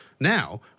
Now